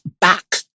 back